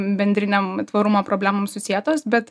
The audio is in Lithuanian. bendrinėm tvarumo problemom susietos bet